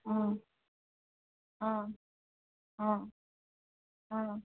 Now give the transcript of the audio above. ఆ ఆ ఆ ఆ